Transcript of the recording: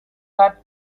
that